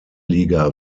liga